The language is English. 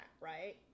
right